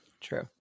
true